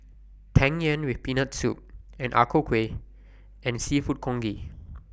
Tang Yuen with Peanut Soup Ang Ku Kueh and Seafood Congee